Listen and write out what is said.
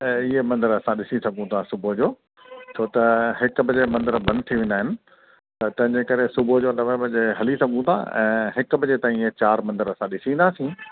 ऐं ईअं मंदरु असां ॾिसी सघूं था सुबुहु जो छो त हिकु बजे मंदरु बंदि थी वेंदा आहिनि त तंहिंजे करे सुबुहु जो नवें वजे हली सघूं था ऐं हिकु बजे ताईं ये चारि मंदरु असां ॾिसी ईंदासीं